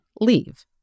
leave